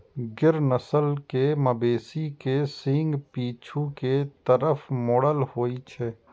गिर नस्ल के मवेशी के सींग पीछू के तरफ मुड़ल होइ छै